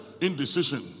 indecision